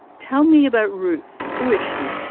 tell me about ruth. who is she?